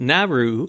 Naru